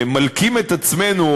מלקים את עצמנו,